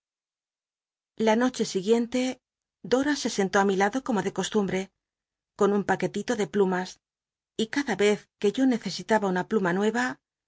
la ihkhc siguien te dora se sentó ti mi lado como de costumbre con un paquelilo de plumas y cada cz juc yo necesitaba una pluma nueva